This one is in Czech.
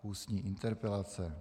Ústní interpelace